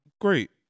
great